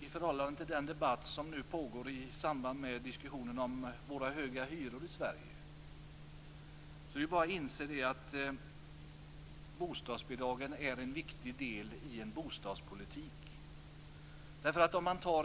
i förhållande till den debatt som nu pågår i samband med diskussionen om våra höga hyror i Sverige att bostadsbidragen är en viktig del i en bostadspolitik.